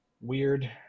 Weird